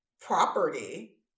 property